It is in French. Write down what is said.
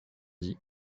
dit